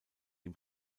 dem